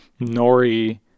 Nori